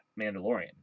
Mandalorian